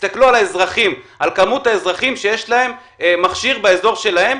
תסתכלו על מספר האזרחים שיש להם מכשיר באזור שלהם,